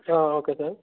ఆ okay sir